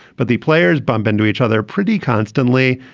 but the players bump into each other pretty constantly,